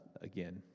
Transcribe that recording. again